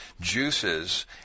juices